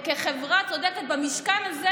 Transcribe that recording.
כחברה צודקת, במשכן הזה,